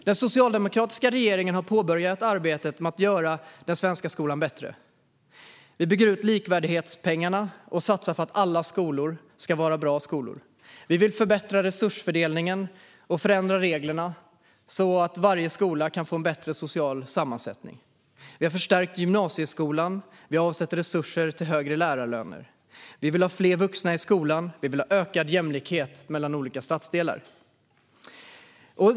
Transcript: Den socialdemokratiska regeringen har påbörjat arbetet med att göra den svenska skolan bättre. Vi bygger ut likvärdighetspengarna och satsar för att alla skolor ska vara bra. Vi vill förbättra resursfördelningen och förändra reglerna så att varje skola kan få en bättre social sammansättning. Vi har förstärkt gymnasieskolan. Vi avsätter resurser till högre lärarlöner. Vi vill ha fler vuxna i skolan. Vi vill ha ökad jämlikhet mellan olika stadsdelar.